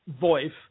voice